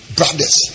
brothers